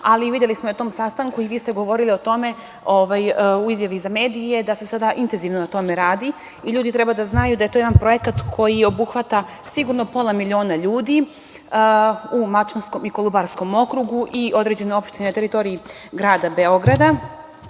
ali videli smo na tom sastanku, i vi ste govorili o tome u izjavi za medije, da se sada intenzivno na tome radi. Ljudi treba da znaju da je to jedan projekat koji obuhvata sigurno pola miliona ljudi u Mačvanskom i Kolubarskom okrugu i određene opštine na teritoriji grada Beograda.